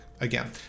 Again